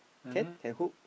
can can hook